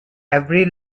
every